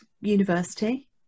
university